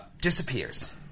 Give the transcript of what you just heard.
disappears